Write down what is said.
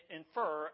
infer